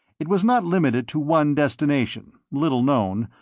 it was not limited to one destination, little known,